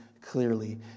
clearly